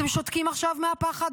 אתם שותקים עכשיו מהפחד?